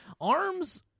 arms